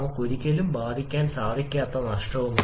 356 kilogram വായു വിതരണം ചെയ്യണം